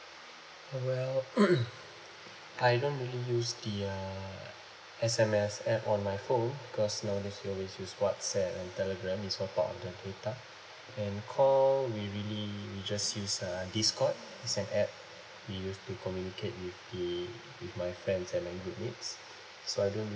oh well I don't really use the uh S_M_S app on my phone because nowadays we always use whatsapp and telegram these are part of the data and call we really just use uh discord it's an app we use to communicate with the with my friends and my group mates so I don't